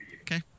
Okay